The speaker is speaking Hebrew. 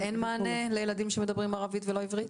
אז אין מענה לילדים שמדברים ערבית ולא עברית?